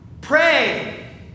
Pray